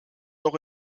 noch